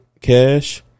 cash